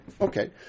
Okay